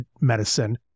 medicine